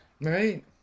Right